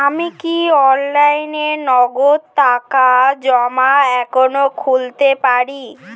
আমি কি অনলাইনে নগদ টাকা জমা এখন খুলতে পারি?